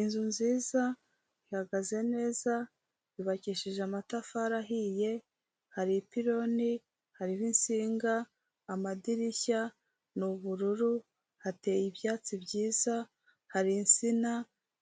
Inzu nziza, ihagaze neza, yubakishije amatafari ahiye, hari ipironi, hari insinga, amadirishya y'ubururu, hateye ibyatsi byiza, hari insina